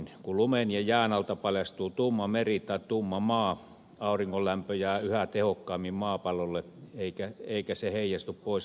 kun lumen ja jään alta paljastuu tumma meri tai tumma maa auringon lämpö jää yhä tehokkaammin maapallolle eikä heijastu pois avaruuteen